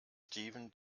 steven